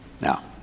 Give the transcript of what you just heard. Now